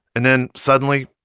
and then, suddenly,